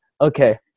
okay